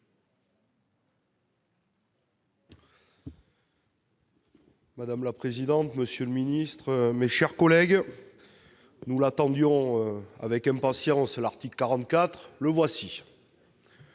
Madame la présidente, monsieur le ministre, mes chers collègues, nous attendions avec impatience cet article 44 : le voici